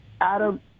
Adam